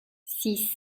six